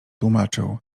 tłumaczył